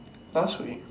last week